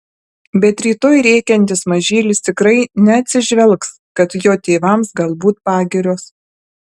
bet rytoj rėkiantis mažylis tikrai neatsižvelgs kad jo tėvams galbūt pagirios